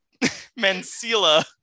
mencila